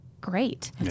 great